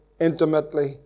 intimately